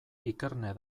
ikerne